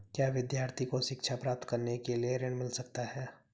क्या विद्यार्थी को शिक्षा प्राप्त करने के लिए ऋण मिल सकता है?